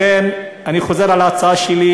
לכן אני חוזר על ההצעה שלי,